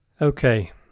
Okay